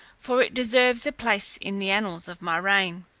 for it deserves a place in the annals of my reign.